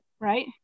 right